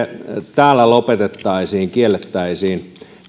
täällä lopetettaisiin kiellettäisiin